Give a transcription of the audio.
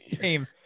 game